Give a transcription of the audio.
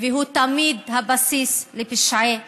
והוא תמיד הבסיס לפשעי מלחמה.